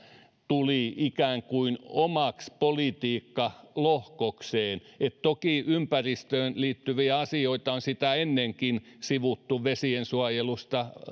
tuli ikään kuin omaksi politiikkalohkokseen toki ympäristöön liittyviä asioita on sitä ennenkin sivuttu vesiensuojelusta